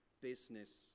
business